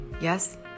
Yes